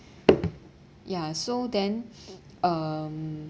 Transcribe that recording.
ya so then um